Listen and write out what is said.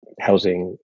housing